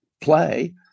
play